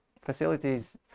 facilities